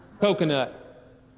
Coconut